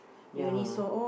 ya